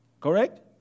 Correct